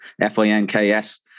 F-I-N-K-S